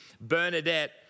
Bernadette